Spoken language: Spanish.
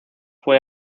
fue